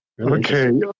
Okay